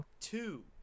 Two